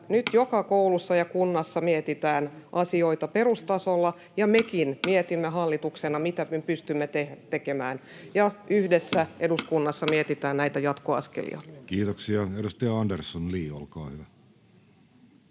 nyt joka koulussa ja kunnassa mietitään asioita perustasolla ja mekin mietimme hallituksena, mitä me pystymme tekemään, ja yhdessä eduskunnassa mietitään näitä jatkoaskelia. Kiitoksia. — Edustaja Andersson, Li, olkaa hyvä.